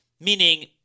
Meaning